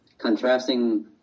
Contrasting